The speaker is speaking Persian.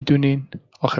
دونین، اخه